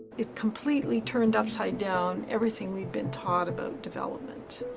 it completely turned upside down everything we've been taught about development.